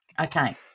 Okay